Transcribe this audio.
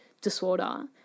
disorder